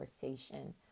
conversation